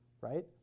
right